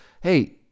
hey